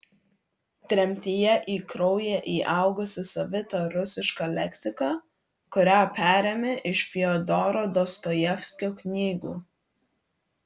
tremtyje į kraują įaugusi savita rusiška leksika kurią perėmė iš fiodoro dostojevskio knygų